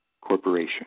corporation